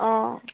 অঁ